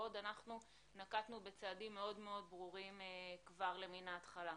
בעוד אנחנו נקטנו בצעדים מאוד מאוד ברורים כבר למין ההתחלה.